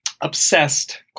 obsessed